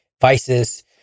vices